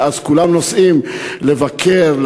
שאז כולם נוסעים לבקר,